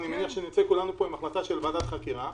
ואני מניח שנצא מפה כולנו עם החלטה על ועדת חקירה,